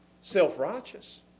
Self-righteous